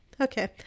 Okay